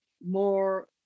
more